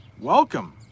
Welcome